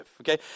okay